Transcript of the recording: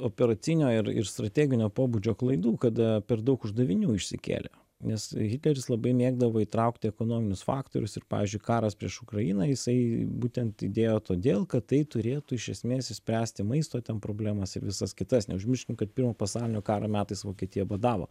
operacinio ir ir strateginio pobūdžio klaidų kad per daug uždavinių išsikėlė nes hitleris labai mėgdavo įtraukti ekonominius faktorius ir pavyzdžiui karas prieš ukrainą jisai būtent idėja todėl kad tai turėtų iš esmės išspręsti maisto ten problemas ir visas kitas neužmirškim kad pirmo pasaulinio karo metais vokietija badavo